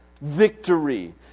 victory